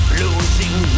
losing